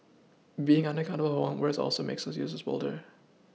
being unaccountable one's words also makes users bolder